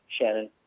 Shannon